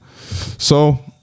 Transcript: So-